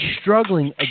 struggling